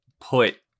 put